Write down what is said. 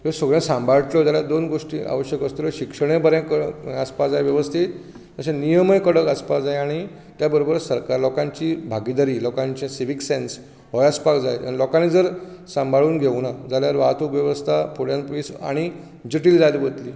हें सगळे सांबाळच्यो जाल्यार दोन गोश्टी आवश्यक आसतल्यो शिक्षणूय बरें आसपाक जाय वेवस्थीत तशेंच नियमय कडक आसपाक जाय आनी तेच बरोबर सरकार लोकांची भागीदारी आनी लोकांची सिवीक सेन्स हो आसपाक जाय लोकांनी जर सांबाळुन घेवंक ना जाल्यार वाहतुक वेवस्था फुडेन पयस आनीक जठील जायत वतली